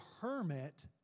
hermit